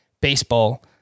Baseball